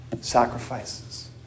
sacrifices